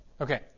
Okay